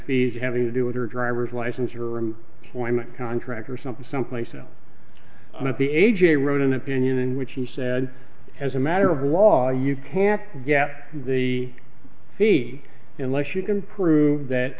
fees having to do with her driver's license your contract or something someplace else and at the a j wrote an opinion in which he said as a matter of law you can't get the fee unless you can prove that